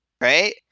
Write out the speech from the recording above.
right